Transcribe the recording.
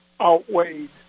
outweighed